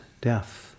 death